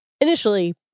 Initially